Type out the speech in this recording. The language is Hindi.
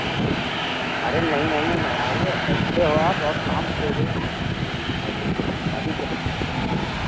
अरे नहीं नहीं नहीं नहीं आप बैठे हो आप कहाँ उतरोगे अरे अलीगंज